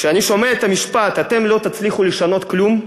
כשאני שומע את המשפט, אתם לא תצליחו לשנות כלום,